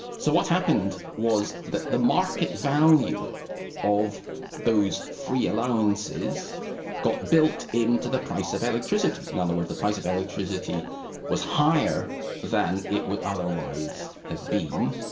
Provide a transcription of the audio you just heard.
so what happened was that the market value of those free allowances got built in to the price of electricity. in other words, the price of electricity was higher than it would otherwise have been,